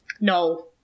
No